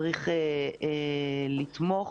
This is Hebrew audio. צריך לתמוך